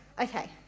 Okay